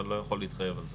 אבל לא יכול להתחייב על זה.